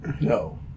No